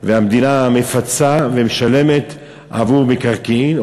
והמדינה מפצה ומשלמת עבור מקרקעין,